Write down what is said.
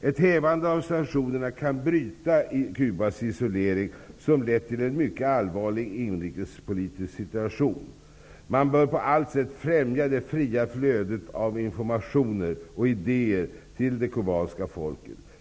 Ett hävande av sanktionerna kan bryta Cubas isolering, vilket har lett till en mycket allvarlig inrikespolitisk situation. Man bör på allt sätt främja det fria flödet av informationer och idéer till det kubanska folket.